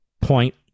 point